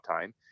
time